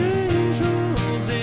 angels